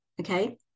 okay